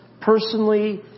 personally